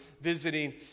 visiting